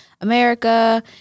America